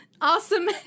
Awesome